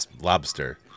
lobster